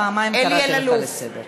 פעמיים קראתי אותך לסדר.